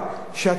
שהתפקיד,